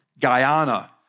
Guyana